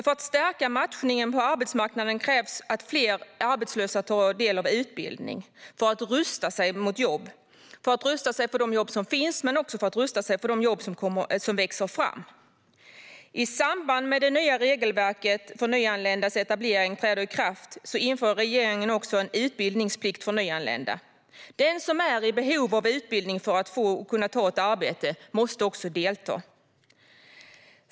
För att stärka matchningen på arbetsmarknaden krävs att fler arbetslösa tar del av utbildning, både för att rusta sig för de jobb som finns och för att rusta sig för de jobb som växer fram. I samband med att det nya regelverket för nyanländas etablering träder i kraft inför regeringen en utbildningsplikt för nyanlända. Den som är i behov av utbildning för att få och kunna ta ett arbete måste delta.